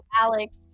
Alex